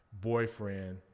boyfriend